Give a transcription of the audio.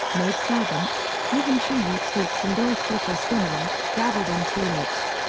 maidservants, even chimney sweeps and old clotheswomen, dabbled in tulips.